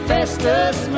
Festus